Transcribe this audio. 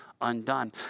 undone